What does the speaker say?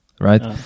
right